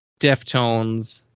Deftones